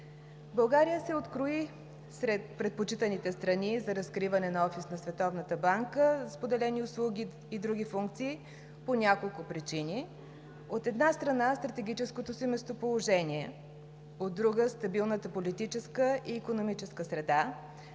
България се открои сред предпочитаните страни за разкриване на офис на Световната банка за споделени услуги по няколко причини: от една страна – стратегическото си местоположение, от друга – стабилната политическа и икономическа среда.